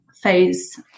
phase